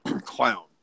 clown